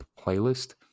playlist